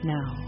Now